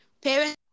parents